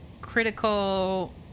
critical